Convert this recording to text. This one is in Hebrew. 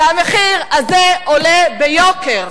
והמחיר הזה הוא יקר.